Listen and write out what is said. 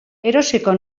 erosiko